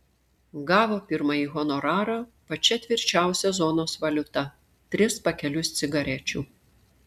gavo pirmąjį honorarą pačia tvirčiausia zonos valiuta tris pakelius cigarečių